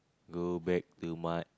go back to my